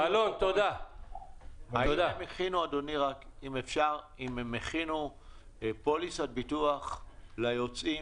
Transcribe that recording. האם הם הכינו פוליסת ביטוח ליוצאים?